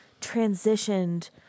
transitioned